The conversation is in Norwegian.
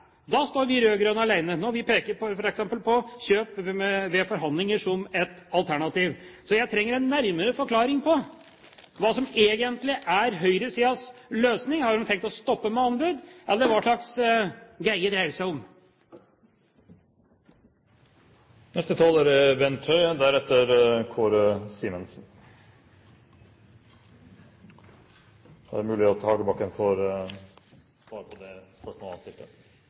Da står vi rød-grønne alene, når vi f.eks. peker på kjøp ved forhandlinger som et alternativ. Så jeg trenger en nærmere forklaring på hva som egentlig er høyresidens løsning. Har de tenkt å stoppe med anbud, eller hva slags greie dreier det seg om? Neste taler er Bent Høie. Da er det mulig at Hagebakken får svar på det spørsmålet han stilte.